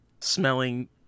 smelling